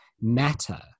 matter